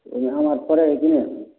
ओहिमे आम अब फड़ै है की नहि